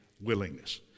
willingness